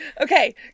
Okay